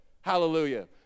Hallelujah